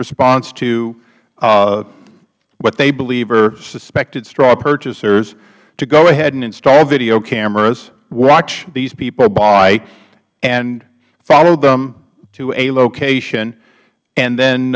response to what they believe are suspected straw purchasers to go ahead and install video cameras watch these people buy and follow them to a location and